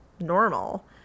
normal